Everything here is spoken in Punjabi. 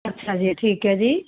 ਅੱਛਾ ਜੀ ਠੀਕ ਹੈ ਜੀ